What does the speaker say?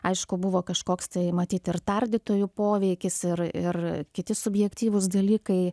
aišku buvo kažkoks tai matyt ir tardytojų poveikis ir ir kiti subjektyvūs dalykai